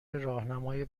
راهنمای